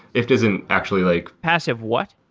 ifttt doesn't actually like passive what?